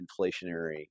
inflationary